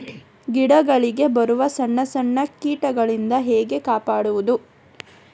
ಗಿಡಗಳಿಗೆ ಬರುವ ಸಣ್ಣ ಸಣ್ಣ ಕೀಟಗಳಿಂದ ಹೇಗೆ ಕಾಪಾಡುವುದು?